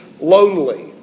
lonely